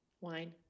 wine